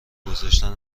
گذاشتن